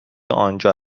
آنجا